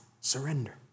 surrender